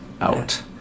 out